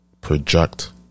project